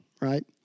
right